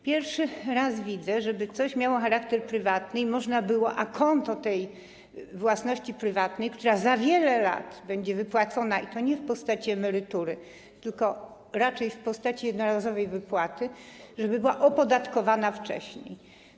Pierwszy raz widzę, żeby coś miało charakter prywatny i żeby można było akonto tę własność prywatną, która za wiele lat będzie przekazana, i to nie w postaci emerytury, tylko raczej w postaci jednorazowej wypłaty, opodatkować wcześniej.